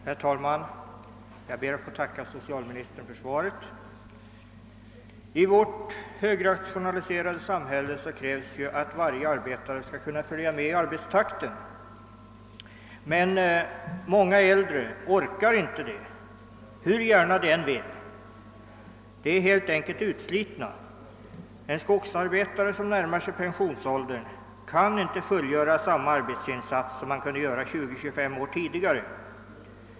Herr talman! Jag ber att få tacka socialministern för svaret. I vårt högrationaliserade samhälle krävs det att varje arbetare skall kunna följa med i arbetstakten, men många äldre orkar inte det hur gärna de än vill. De är helt enkelt utslitna. En skogsarbetare som närmar sig pensionsåldern kan inte fullgöra samma arbetsinsats som 20—25 år tidigare.